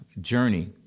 journey